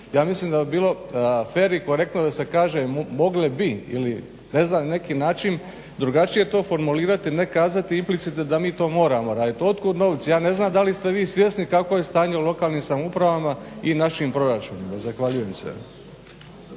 Ja mislim da bi bilo fer i korektno da se kaže mogle bi ili ne znam neki drugačiji način to formulirati, a ne kazati implicite da mi to moramo raditi. od kuda novci? Ja ne znam da li ste vi svjesni kakvo je stanje u lokalnim samoupravama i našim proračunima. Zahvaljujem se.